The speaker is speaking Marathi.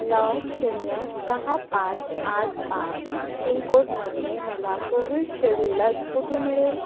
नऊ शून्य सहा पाच आठ पाच पिनकोडमध्ये मला कोविशिल्ड लस कुठे मिळेल